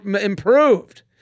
improved